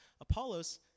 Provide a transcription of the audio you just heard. Apollos